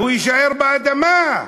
הוא יישאר באדמה.